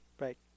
right